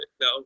no